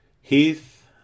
Heath